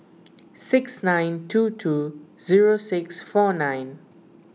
six nine two two zero six four nine